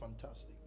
fantastic